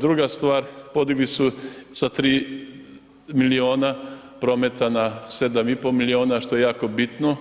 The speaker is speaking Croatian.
Druga stvar, podigli su sa 3 milijuna prometa na 7,5 milijuna, što je jako bitno